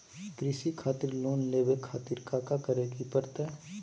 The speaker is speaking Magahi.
कृषि खातिर लोन लेवे खातिर काका करे की परतई?